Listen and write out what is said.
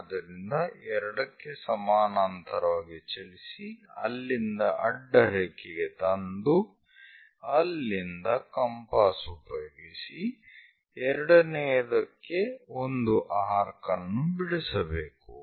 ಆದ್ದರಿಂದ 2 ಕ್ಕೆ ಸಮಾನಾಂತರವಾಗಿ ಚಲಿಸಿ ಅಲ್ಲಿಂದ ಅಡ್ಡರೇಖೆಗೆ ತಂದು ಅಲ್ಲಿಂದ ಕಂಪಾಸ್ ಉಪಯೋಗಿಸಿಎರಡನೆಯದಕ್ಕೆ ಒಂದು ಆರ್ಕ್ ಅನ್ನು ಬಿಡಿಸಬೇಕು